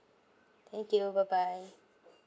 thank you bye bye